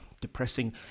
depressing